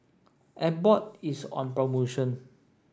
Abbott is on promotion